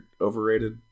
overrated